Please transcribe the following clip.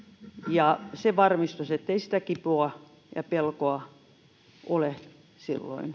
ja se varmistus ettei sitä kipua ja pelkoa ole silloin